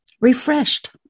refreshed